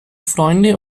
freunde